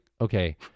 okay